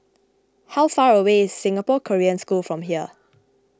how far away is Singapore Korean School from here